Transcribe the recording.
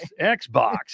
Xbox